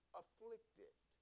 afflicted